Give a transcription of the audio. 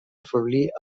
afeblir